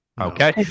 Okay